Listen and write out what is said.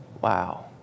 Wow